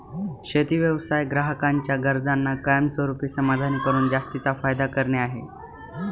शेती व्यवसाय ग्राहकांच्या गरजांना कायमस्वरूपी समाधानी करून जास्तीचा फायदा करणे आहे